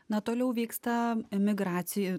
na toliau vyksta emigracija